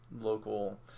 local